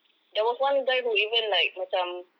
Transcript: there was one guy who even like macam